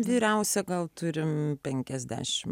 vyriausia gal turime penkiasdešimt